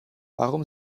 warum